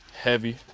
heavy